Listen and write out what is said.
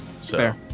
fair